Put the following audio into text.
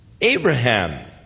Abraham